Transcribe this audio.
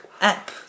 app